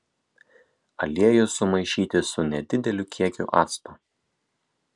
aliejų sumaišyti su nedideliu kiekiu acto